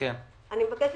אני חושבת